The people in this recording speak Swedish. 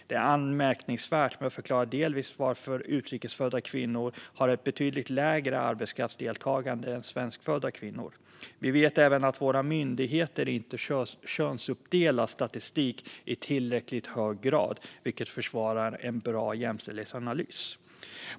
Det är anmärkningsvärt men förklarar delvis varför utrikesfödda kvinnor har ett betydligt lägre arbetskraftsdeltagande än svenskfödda kvinnor. Vi vet även att våra myndigheter inte könsuppdelar statistik i tillräckligt hög grad, vilket försvårar en bra jämställdhetsanalys.